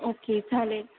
okay चालेल